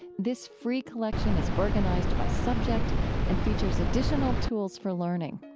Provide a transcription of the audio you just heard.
this free collection is organized by subject and features additional tools for learning.